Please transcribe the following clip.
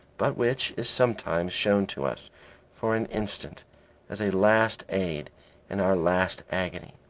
but which is sometimes shown to us for an instant as a last aid in our last agony.